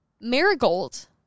Marigold